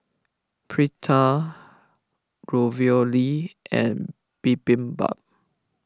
Pita Ravioli and Bibimbap